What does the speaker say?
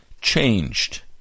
changed